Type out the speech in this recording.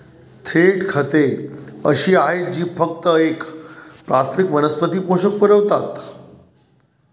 थेट खते अशी आहेत जी फक्त एक प्राथमिक वनस्पती पोषक पुरवतात